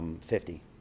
fifty